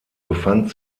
befand